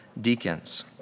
deacons